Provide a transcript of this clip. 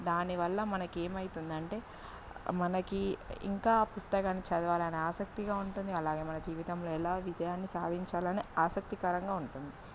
దాని వల్ల మనకి ఏమైతుందంటే మనకి ఇంకా ఆ పుస్తకాన్ని చదవాలనే ఆసక్తిగా ఉంటుంది అలాగే మన జీవితంలో ఎలా విజయాన్ని సాధించాలని ఆసక్తికరంగా ఉంటుంది